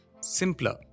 simpler